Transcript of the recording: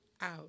out